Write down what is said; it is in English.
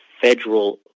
federal